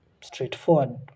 straightforward